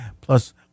plus